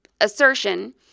assertion